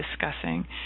discussing